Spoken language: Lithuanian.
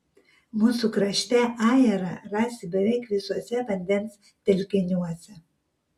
mūsų krašte ajerą rasi beveik visuose vandens telkiniuose